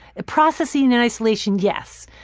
processing in isolation, yes.